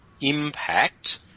impact